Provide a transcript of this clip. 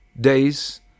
days